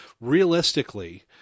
Realistically